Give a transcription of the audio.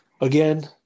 Again